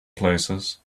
places